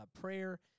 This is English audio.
prayer